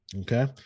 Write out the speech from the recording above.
okay